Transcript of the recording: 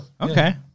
Okay